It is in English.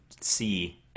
see –